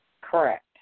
Correct